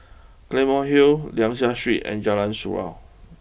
Claymore Hill Liang Seah Street and Jalan Surau